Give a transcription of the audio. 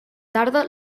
tarda